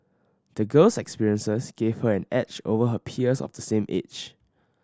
the girl's experiences gave her an edge over her peers of the same age